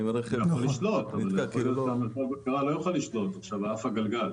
מרכז הבקרה לא יוכל לשלוט אם יש לך בעיה בגלגל.